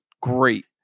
great